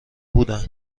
بودن